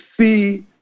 see